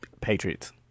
Patriots